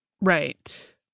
Right